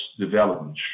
development